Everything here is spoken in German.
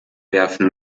werfen